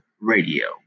Radio